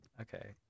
okay